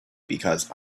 because